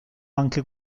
anche